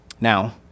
Now